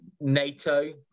NATO